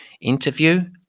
interview